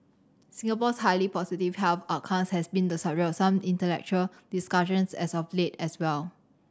Singapore's highly positive health has been the subject of some intellectual discussions as of late as well